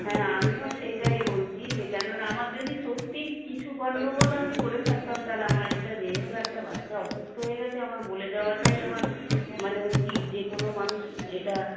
হ্যাঁ আমিও সেইটাই বলছি যে কেননা আমার যদি সত্যিই কিছু গণ্ডগোল আমি করে থাকতাম তাহলে আমার এটা যেহেতু একটা বাচ্চা অসুস্থ হয়ে গেছে আমার বলে দেওয়াটাই আমার মানে উচিত যে কোনও মানুষ এটা